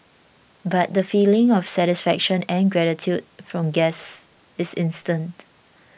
but the feeling of satisfaction and gratitude from guests is instant